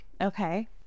Okay